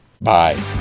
bye